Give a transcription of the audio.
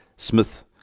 Smith